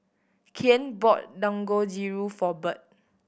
Kyan bought Dangojiru for Bird